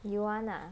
you want ah